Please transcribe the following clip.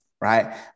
Right